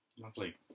Lovely